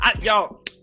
y'all